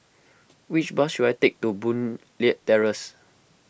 which bus should I take to Boon Leat Terrace